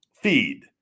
Feed